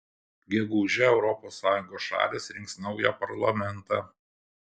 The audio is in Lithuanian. gegužę europos sąjungos šalys rinks naują parlamentą